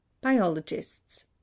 Biologists